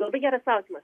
labai geras klausimas